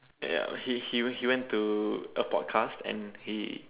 ya he he he went to a podcast and he